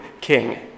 king